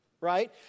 right